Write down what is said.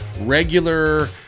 regular